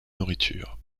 nourriture